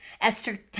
Esther